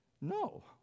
No